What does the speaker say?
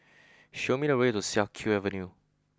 show me the way to Siak Kew Avenue